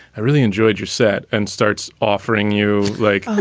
i really enjoyed your set and starts offering you like,